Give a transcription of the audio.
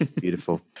Beautiful